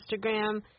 Instagram